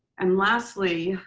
and lastly,